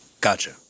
Gotcha